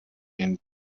and